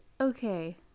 okay